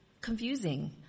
confusing